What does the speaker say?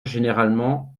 généralement